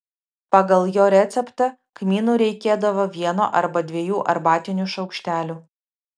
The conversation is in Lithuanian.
pagal jo receptą kmynų reikėdavo vieno arba dviejų arbatinių šaukštelių